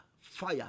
fire